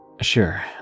Sure